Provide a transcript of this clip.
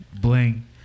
Bling